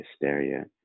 hysteria